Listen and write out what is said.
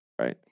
right